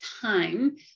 time